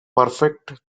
perfect